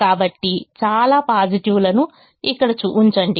కాబట్టి చాలా పాజిటివ్ లను ఇక్కడ ఉంచండి